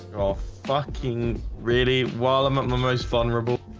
oh fucking really while i'm at my most vulnerable